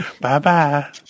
Bye-bye